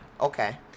Okay